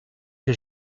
que